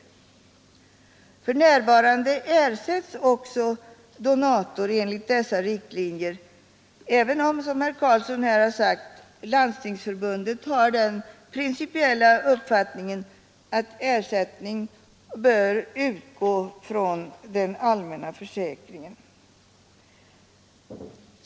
För närvarande ersätts också donator enligt dessa riktlinjer, även om, som herr Carlsson har sagt, Landstingsförbundet har den principiella uppfattningen att ersättning bör utgå från den allmänna försäkringen.